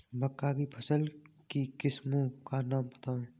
मक्का की फसल की किस्मों का नाम बताइये